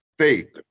Faith